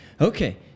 okay